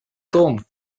том